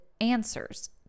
answers